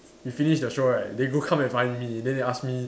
we finish the show right they go come and find then they ask me